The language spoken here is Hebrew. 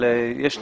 אבל יש תלונה.